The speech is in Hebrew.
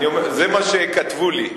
זה מה שכתבו לי.